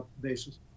basis